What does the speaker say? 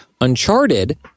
Uncharted